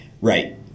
Right